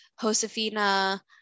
Josefina